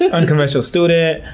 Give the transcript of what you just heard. and unconventional student,